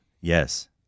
yes